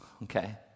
Okay